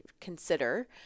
consider